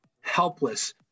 helpless